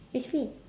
actually